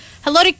Hello